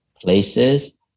places